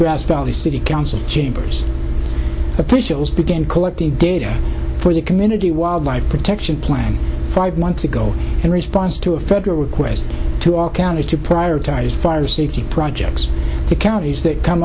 grass valley city council chambers officials began collecting data for the community wildlife protection plan five months ago in response to a federal request to all counties to prioritize fire safety projects to counties that come